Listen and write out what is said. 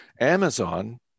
amazon